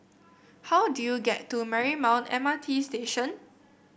how do I get to Marymount M R T Station